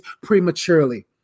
prematurely